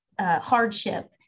hardship